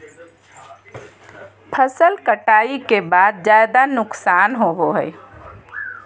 फसल कटाई के बाद ज्यादा नुकसान होबो हइ